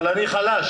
אבל אני חלש.